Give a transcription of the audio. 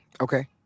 okay